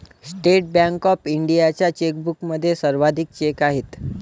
state bank of इंडियाच्या चेकबुकमध्ये सर्वाधिक चेक आहेत